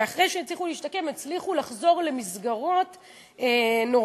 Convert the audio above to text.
ואחרי שהצליחו להשתקם הצליחו לחזור למסגרות נורמטיביות.